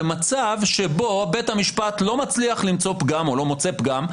במצב שבו בית המשפט לא מצליח למצוא פגם או לא מוצא פגם,